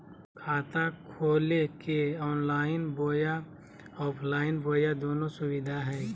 खाता खोले के ऑनलाइन बोया ऑफलाइन बोया दोनो सुविधा है?